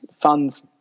funds